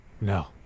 No